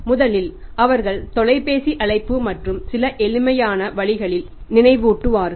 முதலில் அவர்கள் ஒரு தொலைபேசி அழைப்பு மற்றும் சில எளிமையான வழிகளில் நினைவு ஊட்டுவார்கள்